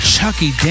Chucky